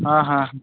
ହଁ ହଁ